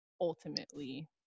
ultimately